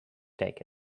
take